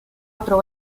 otro